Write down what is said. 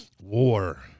war